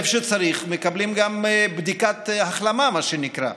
איפה שצריך מקבלים גם בדיקת החלמה, מה שנקרא,